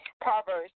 Proverbs